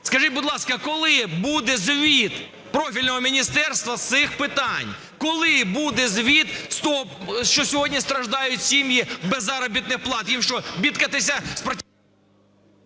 Скажіть, будь ласка, коли буде звіт профільного міністерства з цих питань? Коли буде звіт того, що сьогодні страждають сім'ї без заробітних плат?